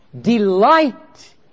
delight